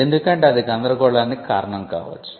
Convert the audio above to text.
ఎందుకంటే అది గందరగోళానికి కారణం కావచ్చు